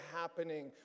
happening